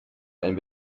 ein